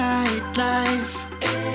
nightlife